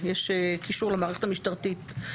יש קישור למערכת המשטרתית.